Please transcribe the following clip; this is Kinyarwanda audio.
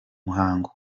muhango